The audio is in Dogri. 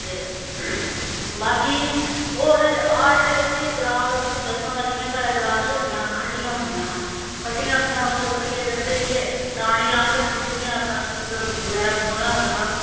ते बाकी होर आर्ट असें ग्रांऽ च तुसें दस्सां तां जियां साढे ग्रांऽ च होंदियां हियां खड्ढियां होंदियां हियां खड्ढियां होंदियां हियां उसदे उप्पर केह् करदे हे के तानी लांदे होंदे हे जियां अपना सूत्र बगैरा बुने दा होंदा हा